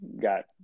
got